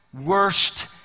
worst